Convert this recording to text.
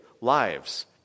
lives